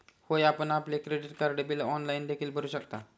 होय, आपण आपले क्रेडिट कार्ड बिल ऑनलाइन देखील भरू शकता